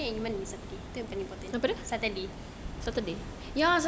saturday in month saturday then kita bukan saturday